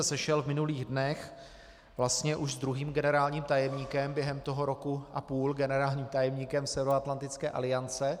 Sešel jsem se v minulých dnech vlastně už s druhým generálním tajemníkem během toho roku a půl, generálním tajemníkem Severoatlantické aliance.